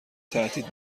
تهدید